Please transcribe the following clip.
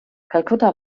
kalkutta